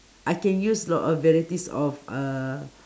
I can use lot of varieties of uh